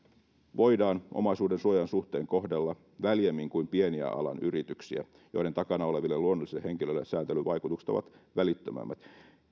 voidaan omaisuudensuojan suhteen kohdella väljemmin kuin pieniä alan yrityksiä joiden takana oleville luonnollisille henkilöille sääntelyvaikutukset ovat välittömämmät